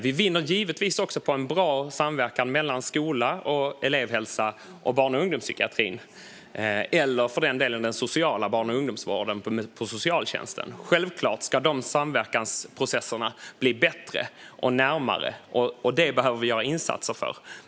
Vi vinner givetvis också på en bra samverkan mellan skolan, elevhälsan och barn och ungdomspsykiatrin, eller för den delen den sociala barn och ungdomsvården på socialtjänsten. Självklart ska dessa samverkansprocesser bli bättre och närmare, och det behöver vi göra insatser för.